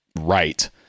right